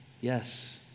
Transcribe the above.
yes